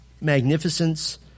magnificence